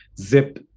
zip